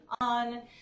on